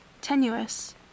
tenuous